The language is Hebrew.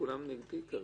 כולם נגדי כרגע.